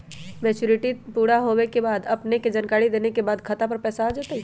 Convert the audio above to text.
Maturity पुरा होवे के बाद अपने के जानकारी देने के बाद खाता पर पैसा आ जतई?